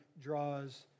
draws